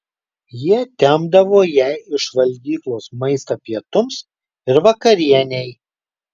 jie tempdavo jai iš valgyklos maistą pietums ir vakarienei